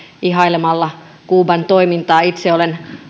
ihailemalla kuuban toimintaa itse olen